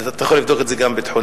אתה יכול לבדוק את זה גם ביטחונית,